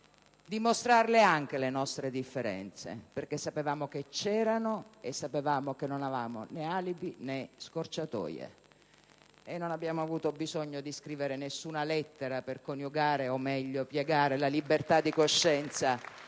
di mostrare anche le nostre differenze, perché sapevamo che c'erano e che non avevamo alibi né scorciatoie. E non abbiamo avuto bisogno di scrivere nessuna lettera per coniugare, o meglio piegare, la libertà di coscienza